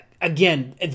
again